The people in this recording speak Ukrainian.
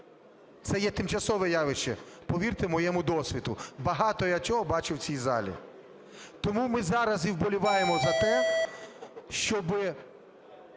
це є тимчасове явище, повірте моєму досвіду, багато чого я бачив у цій залі. Тому ми зараз і вболіваємо за те, щоб,